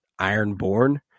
ironborn